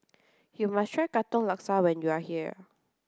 you must try Katong Laksa when you are here